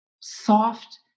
soft